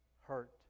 hurt